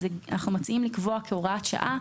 אנחנו מציעים לקבוע כהוראת שעה,